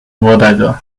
młodego